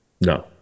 No